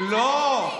לא,